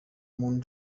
umuntu